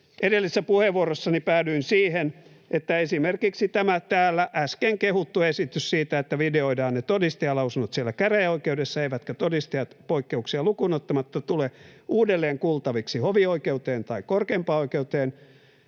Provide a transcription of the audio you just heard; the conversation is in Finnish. Edellisessä puheenvuorossani päädyin siihen, että esimerkiksi täällä äsken kehutussa esityksessä siitä, että videoidaan ne todistajanlausunnot käräjäoikeudessa eivätkä todistajat poikkeuksia lukuun ottamatta tule uudelleen kuultaviksi hovioikeuteen tai korkeimpaan oikeuteen,